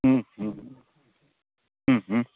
હ હ હ હ